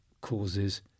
causes